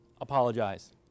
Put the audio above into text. apologize